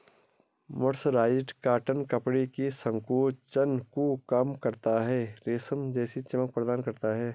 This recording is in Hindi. मर्सराइज्ड कॉटन कपड़े के संकोचन को कम करता है, रेशम जैसी चमक प्रदान करता है